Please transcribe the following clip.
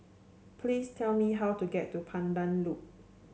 please tell me how to get to Pandan Loop